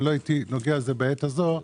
אני לא הייתי נוגע בזה בעת הזאת,